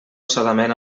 solament